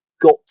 got